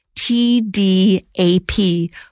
T-D-A-P